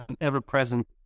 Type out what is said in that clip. ever-present